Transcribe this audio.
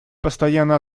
постоянно